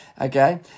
Okay